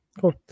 Cool